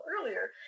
earlier